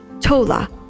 Tola